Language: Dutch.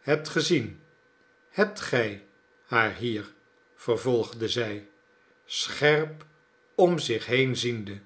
hebt gezien hebt gij haar hier vervolgde zij scherp om zich heen ziende